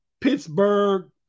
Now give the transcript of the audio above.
Pittsburgh